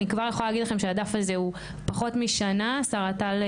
אני כבר יכולה להגיד לכם שהדף הזה הוא פחות משנה- בערך